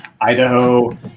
Idaho